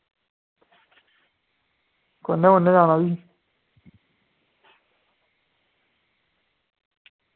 कु'न्नै कु'न्नै जाना भी